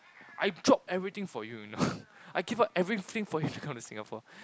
I drop everything for you you know I give up everything for you to come to Singapore